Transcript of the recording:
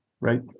right